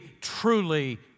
truly